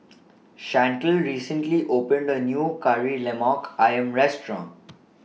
Shantell recently opened A New Kari Lemak Ayam Restaurant